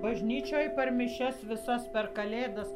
bažnyčioj per mišias visas per kalėdas